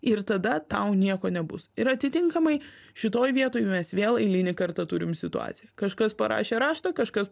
ir tada tau nieko nebus ir atitinkamai šitoj vietoj mes vėl eilinį kartą turim situaciją kažkas parašė raštą kažkas